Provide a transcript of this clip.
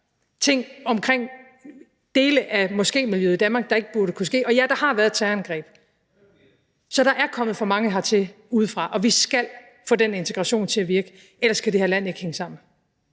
ting omkring dele af moskémiljøet i Danmark, der ikke burde kunne ske. Og ja, der har været et terrorangreb. Så der er kommet for mange hertil udefra, og vi skal få den integration til at virke. Ellers kan det her land ikke hænge sammen.